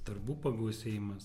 darbų pagausėjimas